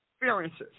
experiences